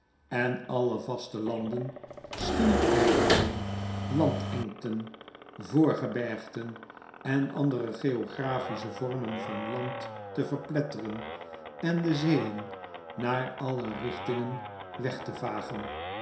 en alle vaste landen schiereilanden landengten voorgebergten en andere geografische vormen van land te verpletteren en de zeeen naar alle richtingen weg te vagen